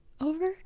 over